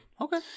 Okay